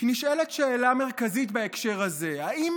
כי נשאלת שאלה מרכזית בהקשר הזה: האם